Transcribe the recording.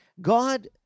God